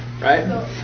right